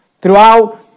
Throughout